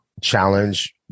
challenge